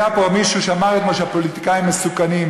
היה פה מישהו שאמר אתמול שהפוליטיקאים מסוכנים,